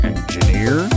Engineer